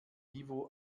niveau